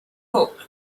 hook